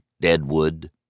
Deadwood